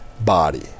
body